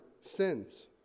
sins